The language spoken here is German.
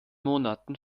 monaten